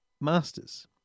Masters